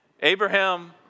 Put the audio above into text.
Abraham